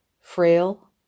frail